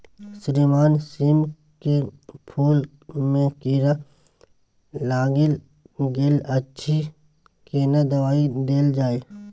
श्रीमान सीम के फूल में कीरा लाईग गेल अछि केना दवाई देल जाय?